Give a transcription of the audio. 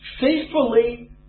faithfully